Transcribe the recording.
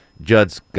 Judd's